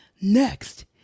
next